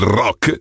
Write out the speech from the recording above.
rock